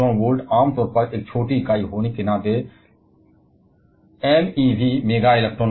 और electron volt आम तौर पर एक छोटी इकाई है MeV पर मेगा इलेक्ट्रॉन वोल्ट है जो कि १६०२ १० से १० माइनस १३ जूल की शक्ति में है